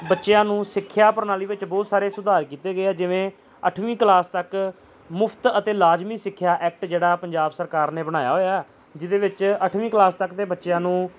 ਬੱਚਿਆਂ ਨੂੰ ਸਿੱਖਿਆ ਪ੍ਰਣਾਲੀ ਵਿੱਚ ਬਹੁਤ ਸਾਰੇ ਸੁਧਾਰ ਕੀਤੇ ਗਏ ਹੈ ਜਿਵੇਂ ਅੱਠਵੀਂ ਕਲਾਸ ਤੱਕ ਮੁਫ਼ਤ ਅਤੇ ਲਾਜ਼ਮੀ ਸਿੱਖਿਆ ਐਕਟ ਜਿਹੜਾ ਪੰਜਾਬ ਸਰਕਾਰ ਨੇ ਬਣਾਇਆ ਹੋਇਆ ਜਿਹਦੇ ਵਿੱਚ ਅੱਠਵੀਂ ਕਲਾਸ ਤੱਕ ਦੇ ਬੱਚਿਆਂ ਨੂੰ